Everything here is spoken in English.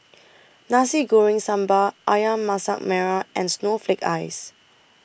Nasi Goreng Sambal Ayam Masak Merah and Snowflake Ice